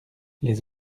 les